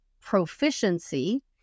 proficiency